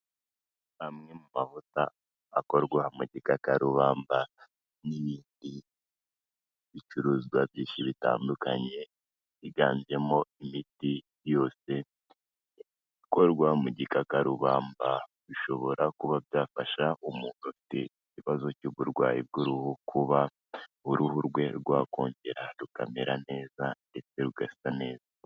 Amwe mu mavuta akorwa mu gikakarubamba, ibicuruzwa byinshi bitandukanye higanjemo imiti yose ikorwa mu gikakarubamba, bishobora kuba byafasha umuntu ufite ikibazo cy'uburwayi bw'uruhu, kuba uruhu rwe rwakongera rukamera neza ndetse rugasa neza.